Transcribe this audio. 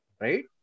right